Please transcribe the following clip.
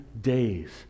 days